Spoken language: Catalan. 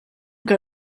que